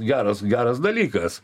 geras geras dalykas